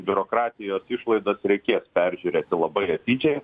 biurokratijos išlaidas reikėsperžiūrėti labai atidžiai